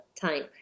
time